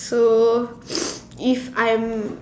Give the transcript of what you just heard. so if I'm